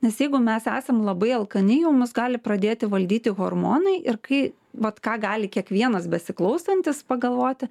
nes jeigu mes esam labai alkani jau mus gali pradėti valdyti hormonai ir kai vat ką gali kiekvienas besiklausantis pagalvoti